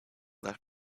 left